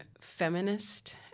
feminist